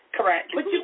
Correct